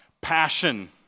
passion